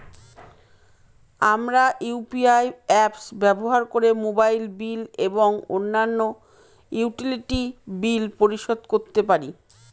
আমরা UPI apps ব্যবহার করে মোবাইল বিল এবং অন্যান্য ইউটিলিটি বিল পরিশোধ করতে পারি